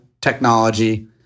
technology